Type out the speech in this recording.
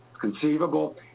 Conceivable